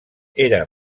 era